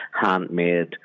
handmade